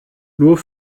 nur